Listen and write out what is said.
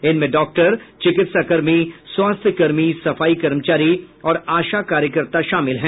इनमें डॉक्टर चिकित्साकर्मी स्वास्थ्यकर्मी सफाई कर्मचारी और आशा कार्यकर्ता शामिल है